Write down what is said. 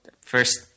first